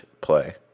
play